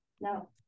No